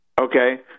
okay